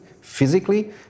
physically